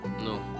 no